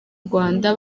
rwanda